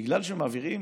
בגלל שמעבירים